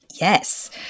Yes